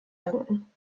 danken